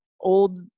old